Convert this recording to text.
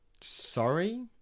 Sorry